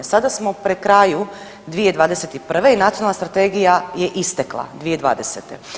Sada smo pri kraju 2021. i Nacionalna strategija je istekla 2020.